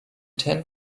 ten